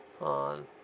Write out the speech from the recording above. On